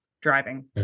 driving